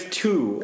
two